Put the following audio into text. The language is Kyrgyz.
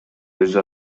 өзү